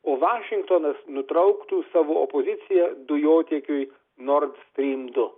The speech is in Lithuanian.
o vašingtonas nutrauktų savo poziciją dujotiekiui nord stream du